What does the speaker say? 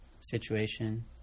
situation